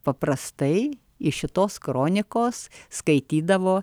paprastai iš šitos kronikos skaitydavo